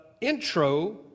intro